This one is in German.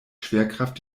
schwerkraft